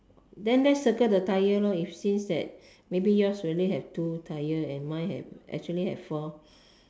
then let's circle the tire lor if since that maybe your's really have two tire and mine have actually have four